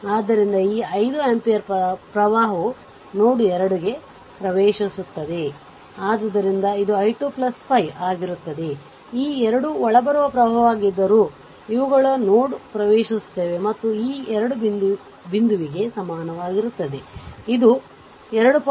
ಆದ್ದರಿಂದ ಈ 5 ಆಂಪಿಯರ್ ಪ್ರವಾಹವು ನೋಡ್ 2 ಗೆ ಪ್ರವೇಶಿಸುತ್ತದೆ ಆದ್ದರಿಂದ ಇದು i 2 5 ಆಗಿರುತ್ತದೆ ಈ 2 ಒಳಬರುವ ಪ್ರವಾಹವಾಗಿದ್ದರೂ ಇವುಗಳು ನೋಡ್ಗೆ ಪ್ರವೇಶಿಸುತ್ತಿವೆ ಮತ್ತು ಈ 2 ಬಿಂದುವಿಗೆ ಸಮನಾಗಿರುತ್ತದೆ ಇದು 2